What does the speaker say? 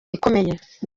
ikomeye